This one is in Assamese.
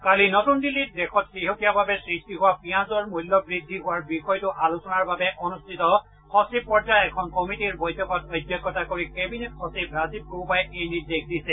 কালি নতুন দিল্লীত দেশত শেহতীয়াভাৱে সৃষ্টি হোৱা পিয়াজৰ মূল্যবৃদ্ধি হোৱাৰ বিষয়টো আলোচনাৰ বাবে অনুষ্ঠিত সচিব পৰ্যায়ৰ এখন কমিটীৰ বৈঠকত অধ্যক্ষতা কৰি কেবিনেট সচিব ৰাজীৱ গৌবাই কালি এই নিৰ্দেশ দিছে